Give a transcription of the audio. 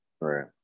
Right